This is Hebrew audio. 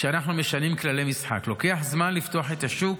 כשאנחנו משנים כללי משחק, לוקח זמן לפתוח את השוק,